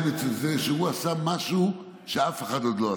שהוא עשה משהו שאף אחד עוד לא עשה: